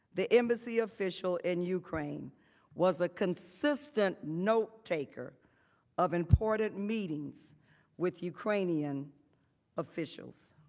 the embassy official in ukraine was a consistent notetaker of important meetings with ukrainian officials.